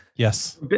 Yes